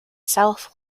south